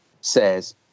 says